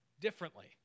differently